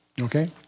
Okay